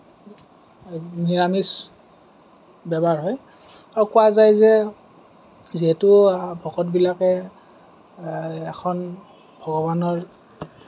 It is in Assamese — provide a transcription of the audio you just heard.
নিৰামিচ ব্যৱহাৰ হয় আৰু কোৱা যায় যে যিহেতু ভকতবিলাকে এখন ভগৱানৰ